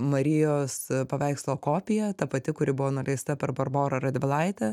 marijos paveikslo kopija ta pati kuri buvo nuleista per barborą radvilaitę